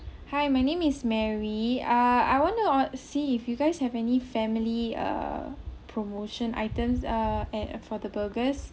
hi my name is mary ah I want to o~ see if you guys have any family ah promotion items uh at for the burgers